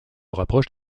rapproche